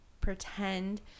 pretend